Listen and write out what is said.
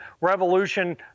revolution